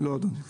לא, אדוני.